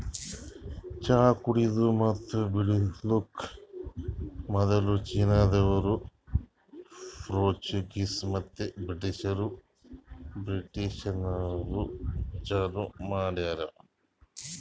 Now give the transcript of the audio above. ಚಹಾ ಕುಡೆದು ಮತ್ತ ಬೆಳಿಲುಕ್ ಮದುಲ್ ಚೀನಾದೋರು, ಪೋರ್ಚುಗೀಸ್ ಮತ್ತ ಬ್ರಿಟಿಷದೂರು ಚಾಲೂ ಮಾಡ್ಯಾರ್